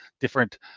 different